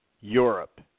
Europe